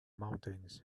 mountains